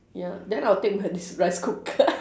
ya then I'll take my this rice cooker